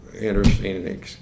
interesting